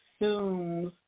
assumes